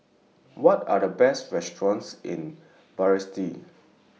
What Are The Best restaurants in Basseterre